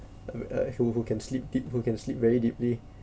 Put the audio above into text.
uh who who can sleep deep who can sleep very deeply